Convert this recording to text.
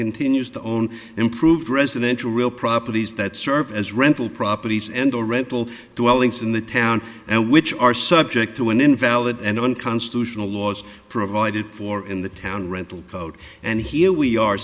continues to own improved residential real properties that serve as rental properties and or red bull dwellings in the town and which are subject to an invalid and unconstitutional laws provided for in the town rental code and here we are